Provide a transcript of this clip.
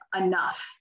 enough